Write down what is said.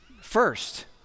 First